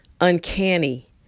uncanny